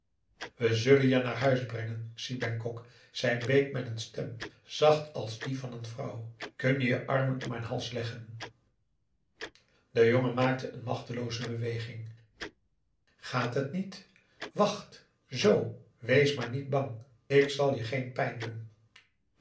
we zullen je naar huis brengen si bengkok zei bake met een stem zacht als die van een vrouw kun je je armen om mijn hals leggen augusta de wit orpheus in de dessa de jongen maakte een machtelooze beweging gaat t niet wacht z wees maar niet bang ik zal je geen pijn doen